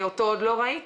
אותו עוד לא ראיתי,